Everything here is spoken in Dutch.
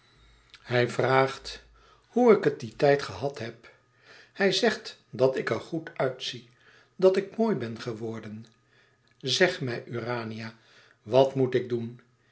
hij vraagt hoe ik het dien tijd gehad heb hij zegt dat ik er goed uitzie dat ik mooi ben geworden zeg mij urania wat moet ik doen